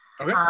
Okay